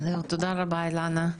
תודה רבה, אילנה.